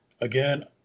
again